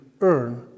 earn